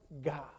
God